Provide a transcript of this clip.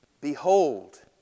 Behold